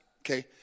okay